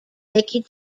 nicky